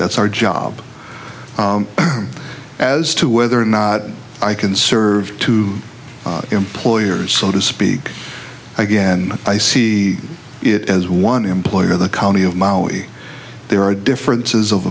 that's our job as to whether or not i can serve to employers so to speak again i see it as one employer the county of maui there are differences of